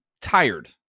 tired